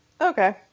Okay